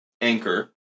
Anchor